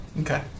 Okay